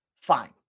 Fine